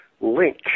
link